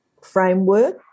framework